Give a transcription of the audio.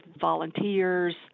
volunteers